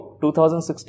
2016